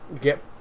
get